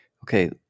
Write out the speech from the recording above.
Okay